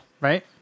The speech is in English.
right